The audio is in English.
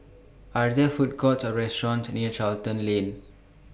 Are There Food Courts Or restaurants near Charlton Lane